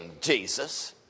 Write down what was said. Jesus